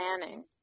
planning